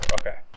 Okay